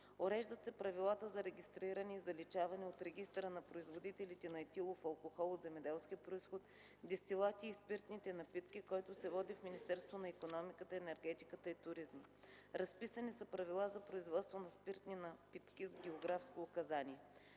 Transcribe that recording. Уреждат се правилата за регистриране и заличаване от регистъра на производителите на етилов алкохол от земеделски произход, дестилатите и спиртните напитки, който се води в Министерството на икономиката, енергетиката и туризма. Разписани са правила за производство на спиртни напитки с географско указание.